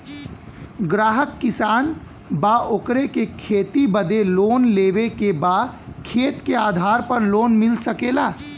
ग्राहक किसान बा ओकरा के खेती बदे लोन लेवे के बा खेत के आधार पर लोन मिल सके ला?